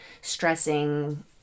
stressing